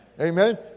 Amen